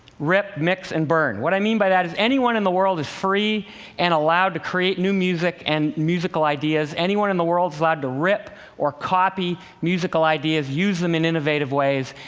rip, mix and burn. what i mean by that is that anyone in the world is free and allowed to create new music and musical ideas. anyone in the world is allowed to rip or copy musical ideas, use them in innovative ways.